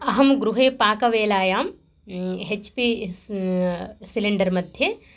अहं गृहे पाकवेलायां हेच् पी सिलेण्डर् मध्ये